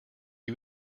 you